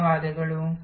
ಧನ್ಯವಾದಗಳು